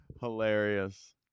Hilarious